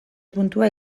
puntua